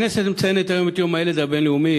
הכנסת מציינת היום את יום הילד הבין-לאומי,